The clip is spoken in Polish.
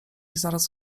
zaraz